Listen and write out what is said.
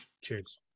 Cheers